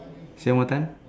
say one more time